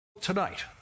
Tonight